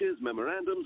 memorandums